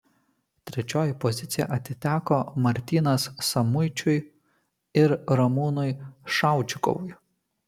trečioji pozicija atiteko martynas samuičiui ir ramūnui šaučikovui